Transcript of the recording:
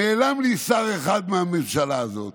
נעלם לי שר אחד מהממשלה הזאת.